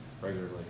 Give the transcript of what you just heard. regularly